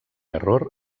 error